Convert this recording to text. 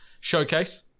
showcase